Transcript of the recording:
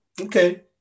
okay